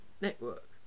network